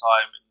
time